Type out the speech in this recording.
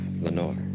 Lenore